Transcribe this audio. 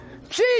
Jesus